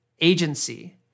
agency